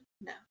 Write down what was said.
No